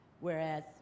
whereas